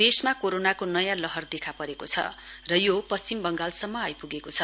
देशमा कोरोनाको नयाँ लहर देखा परेको छ र यो पश्चिम बंगलसम्म आईपुगेको छ